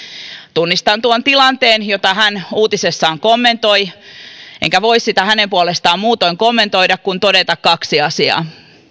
tunnistan tuon tilanteen jota hän uutisessaan kommentoi enkä voi sitä hänen puolestaan muutoin kommentoida kuin toteamalla kaksi asiaa